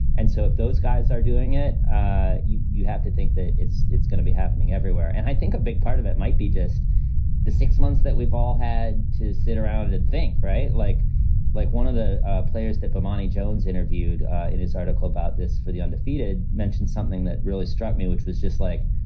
and so if those guys are doing it, you you have to think that it's it's going to be happening everywhere. and i think a big part of it might be just the six months that we've all had to sit around and think right. like like one of the players that bomani jones interviewed in his article about this for the undefeated mentioned something that really struck me, which was just like,